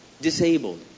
disabled